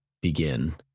begin